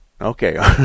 Okay